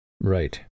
Right